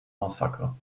massacre